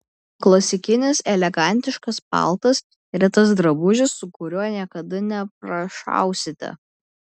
klasikinis elegantiškas paltas yra tas drabužis su kuriuo niekada neprašausite